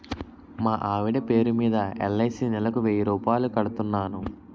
మా ఆవిడ పేరు మీద ఎల్.ఐ.సి నెలకు వెయ్యి రూపాయలు కడుతున్నాను